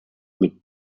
mit